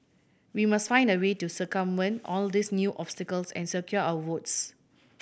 we must find a way to circumvent all these new obstacles and secure our votes